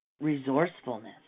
resourcefulness